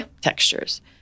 textures